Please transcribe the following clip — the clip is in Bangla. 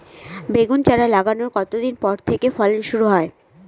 বেগুন চারা লাগানোর কতদিন পর থেকে ফলন শুরু হয়?